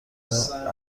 ذره